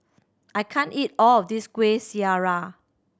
I can't eat all of this Kueh Syara